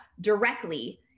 directly